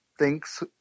thinks